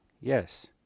yes